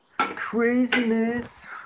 craziness